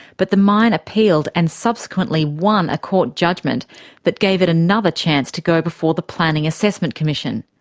but the mine appealed and subsequently won a court judgment that gave it another chance to go before the planning assessment commission.